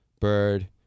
Bird